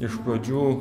iš pradžių